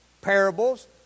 parables